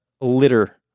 litter